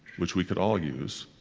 which we could all use.